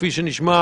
כפי שנשמע,